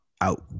out